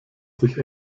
sich